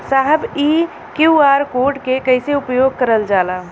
साहब इ QR code के कइसे उपयोग करल जाला?